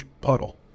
puddle